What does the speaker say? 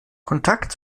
kontakt